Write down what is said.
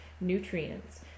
nutrients